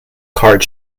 card